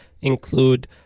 include